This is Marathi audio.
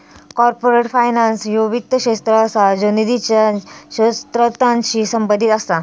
कॉर्पोरेट फायनान्स ह्यो वित्त क्षेत्र असा ज्यो निधीच्या स्त्रोतांशी संबंधित असा